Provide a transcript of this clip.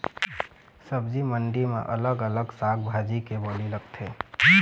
सब्जी मंडी म अलग अलग साग भाजी के बोली लगथे